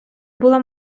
була